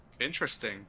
Interesting